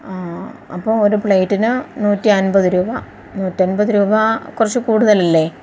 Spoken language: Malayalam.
അപ്പോൾ ഒരു പ്ലേറ്റിന് നൂറ്റി അൻപതു രൂപ നൂറ്റി അൻപതുതുരൂപ കുറച്ചു കൂടുതൽ അല്ലെ